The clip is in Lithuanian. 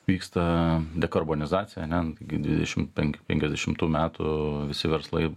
vyksta dekarbonizacija ane nu taigi dvidešimt penk pekiasdešimtų metų visi verslai